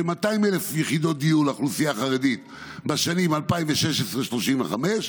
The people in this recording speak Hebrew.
200,000 יחידות דיור לאוכלוסייה החרדית בשנים 2016 2035,